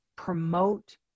Promote